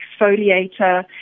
exfoliator